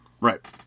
Right